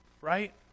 Right